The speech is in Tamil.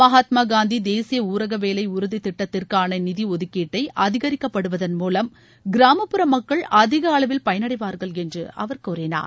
மகாத்மாகாந்திதேசியஊரகவேலைஉறுதிதிட்டத்திற்கானநிதிஒதுக்கீட்டைஅதிகரிக்கப்படுவதன் மூலம் கிராமப்புற மக்கள் அதிகஅளவில் பயனடைவார்கள் என்றுஅவர் கூறினார்